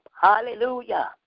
hallelujah